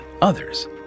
others